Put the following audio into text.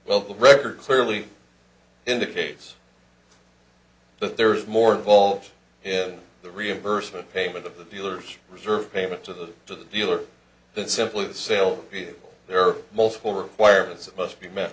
the record clearly indicates that there is more involved in the reimbursement payment of the dealer's reserve payment to the to the dealer than simply the sale there are multiple requirements that must be met